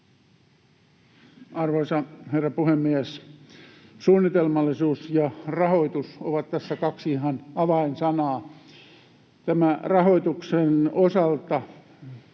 Arvoisa herra puhemies! Suunnitelmallisuus ja rahoitus ovat tässä kaksi ihan avainsanaa. Tämän rahoituksen osalta